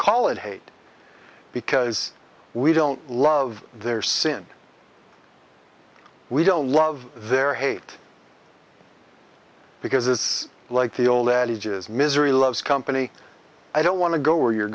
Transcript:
call it hate because we don't love their sin we don't love their hate because it's like the old adage is misery loves company i don't want to go where you're